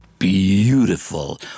Beautiful